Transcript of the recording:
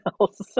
else